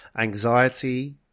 anxiety